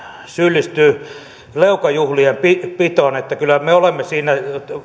syyllistyy leukajuhlien pitoon että kyllä me olemme siinä